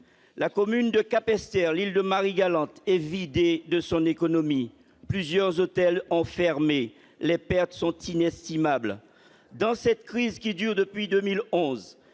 la commune de Capesterre, située sur l'île de Marie-Galante, est vidée de son économie. Plusieurs hôtels ont fermé, les pertes sont inestimables. Dans cette crise qui dure depuis 2011,